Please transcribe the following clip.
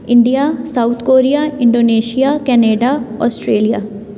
India South Korea Indonesia Canada Australia